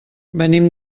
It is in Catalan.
venim